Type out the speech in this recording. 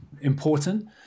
important